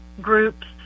groups